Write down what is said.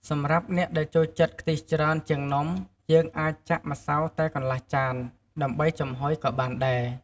សម្រាប់អ្នកដែលចូលចិត្តខ្ទិះច្រើនជាងនំ យើងអាចចាក់ម្សៅតែកន្លះចាន ដើម្បីចំហុយក៏បានដែរ។